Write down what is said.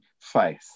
faith